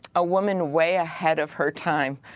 a woman way ahead of her time.